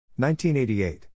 1988